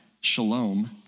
Shalom